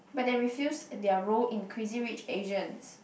but they refused their role in Crazy-Rich-Asians